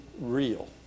real